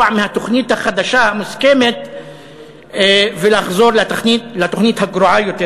מהתוכנית החדשה המוסכמת ולחזור לתוכנית הגרועה יותר,